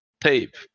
tape